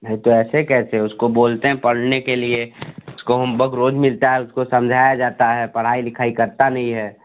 नहीं तो ऐसे कैसे उसको बोलते हैं पढ़ने के लिए उसको होमवर्क रोज मिलता है उसको समझाया जाता है पढ़ाई लिखाई करता नहीं है